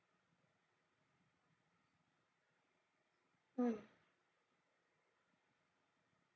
mm